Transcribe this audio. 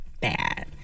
bad